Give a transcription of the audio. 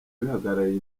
bihagarariye